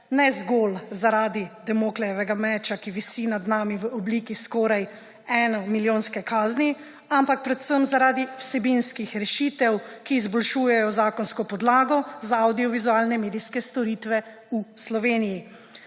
ne zgolj zaradi Damoklejevega meča, ki visi nad nami v obliki skoraj enomilijonske kazni, ampak predvsem zaradi vsebinskih rešitev, ki izboljšujejo zakonsko podlago za avdiovizualne medijske storitve v Sloveniji.